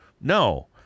no